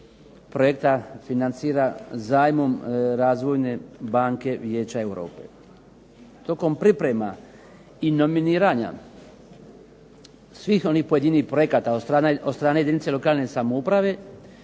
projekta financira zajmom Razvojna banka Vijeća Europe. Tokom priprema i nominiranja svih onih pojedinih projekata od strane jedinice lokalne samouprave